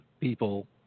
people